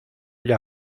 gli